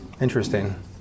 Interesting